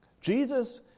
Jesus